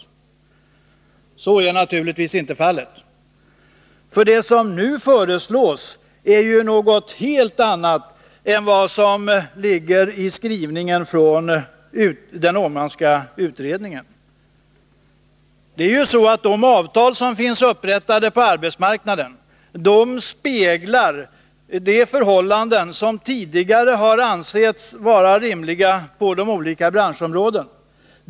Så är naturligtvis inte fallet. Det som nu föreslås är något helt annat än det som finns i skrivningen från den Åmanska utredningen. De avtal som finns upprättade på arbetsmarknaden speglar de förhållanden som tidigare har ansetts vara rimliga inom de olika branschområdena.